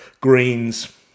Greens